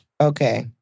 Okay